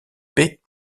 paix